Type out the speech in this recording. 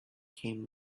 came